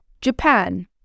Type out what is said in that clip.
Japan